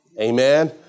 Amen